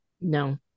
No